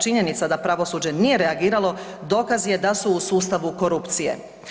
Činjenica da pravosuđe nije reagiralo dokaz je da su u sustavu korupcije.